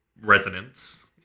resonance